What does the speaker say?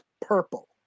purple